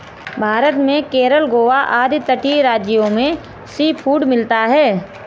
भारत में केरल गोवा आदि तटीय राज्यों में सीफूड मिलता है